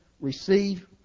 receive